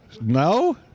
No